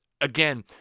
Again